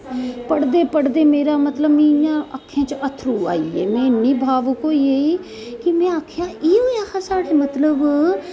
पढ़दे पढ़दे मेरा मतलब मेरी इयां आक्खियें च अत्थरुं आई गे में इन्नी भावुक होई गेई में आखेआ एह् नेहा साढ़ा मतलब